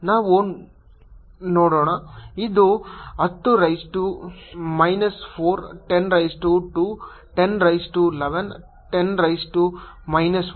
ನಾವು ನೋಡೋಣ ಇದು 10 raise to minus 4 10 raise to 2 10 raise to 11 10 raise to minus 1 ಆದ್ದರಿಂದ 3 8 3